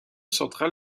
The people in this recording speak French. central